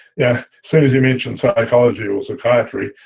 yeah soon as you mention psychology or psychiatry,